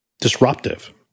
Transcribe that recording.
disruptive